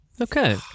Okay